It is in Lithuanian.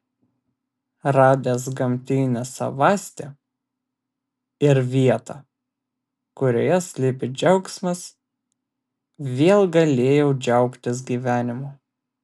radęs gamtinę savastį ir vietą kurioje slypi džiaugsmas vėl galėjau džiaugtis gyvenimu